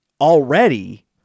already